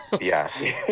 Yes